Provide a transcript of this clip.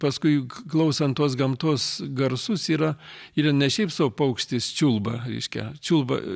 paskui klausant tuos gamtos garsus yra yra ne šiaip sau paukštis čiulba reiškia čiulba